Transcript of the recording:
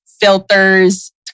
filters